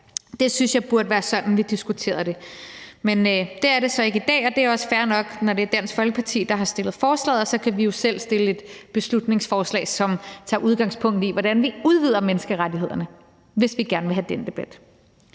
det burde være sådan, vi diskuterede det, men det er det så ikke i dag, og det er også fair nok, når det er Dansk Folkeparti, der har fremsat forslaget. Så kan vi jo selv fremsætte et beslutningsforslag, som tager udgangspunkt i, hvordan vi udvider menneskerettighederne, hvis vi gerne vil have den debat.